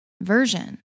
version